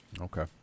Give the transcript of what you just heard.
Okay